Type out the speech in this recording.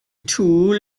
tool